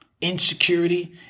insecurity